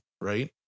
right